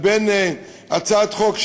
לבין הצעת החוק,